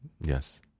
yes